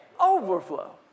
overflow